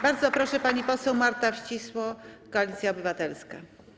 Bardzo proszę pani poseł Marta Wcisło, Koalicja Obywatelska.